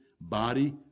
body